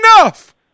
enough